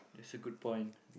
that's a good point